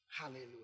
Hallelujah